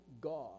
God